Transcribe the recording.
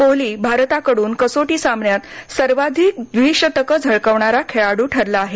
कोहली भारताकडून कसोटी सामन्यात सर्वाधिक द्विशतकं झळकवणारा खेळाडू ठरला आहे